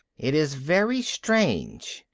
it is very strange,